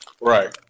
Right